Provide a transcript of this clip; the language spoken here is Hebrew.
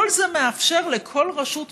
כל זה מאפשר לכל רשות מקומית,